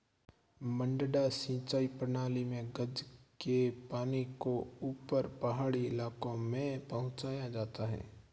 मडडा सिंचाई प्रणाली मे गज के पानी को ऊपर पहाड़ी इलाके में पहुंचाया जाता है